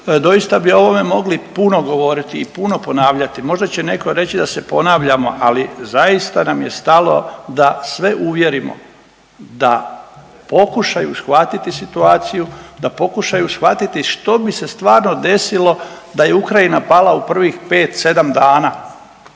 Doista bi o ovome mogli puno govoriti i puno ponavljati. Možda će netko reći da se ponavljamo, ali zaista nam je stalo da sve uvjerimo da pokušaju shvatiti situaciju, da pokušaju shvatiti što bi se stvarno desilo da je Ukrajina pala u prvih 5, 7 dana.